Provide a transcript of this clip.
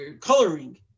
coloring